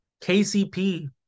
KCP